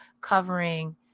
covering